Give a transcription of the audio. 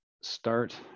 start